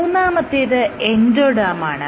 മൂന്നാമത്തേത് എൻഡോഡെർമാണ്